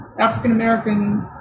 African-American